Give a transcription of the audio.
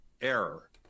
error